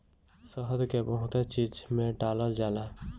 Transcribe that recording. शहद के बहुते चीज में डालल जाला